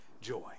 joy